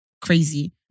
crazy